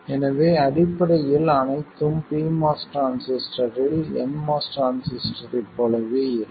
எனவே அடிப்படையில் அனைத்தும் pMOS டிரான்சிஸ்டரில் nMOS டிரான்சிஸ்டரைப் போலவே இருக்கும்